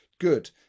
Good